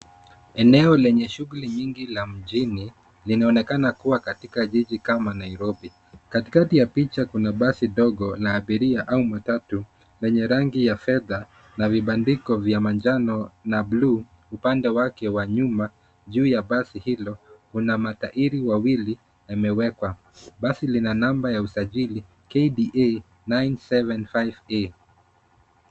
Eneo lenye shughuli nyingi ya mjini, linaonekana kuwa kati jiji kama Nairobi. Katikati ya picha kuna basi dogo la abiria au matatu lenye rangi ya fedha na vibandiko vya manjano na blue upande wake wa nyuma. Juu ya basi hilo, kuna matairi wawili yamewekwa. Basi lina namba ya usajili, KDA 975A.